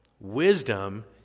wisdom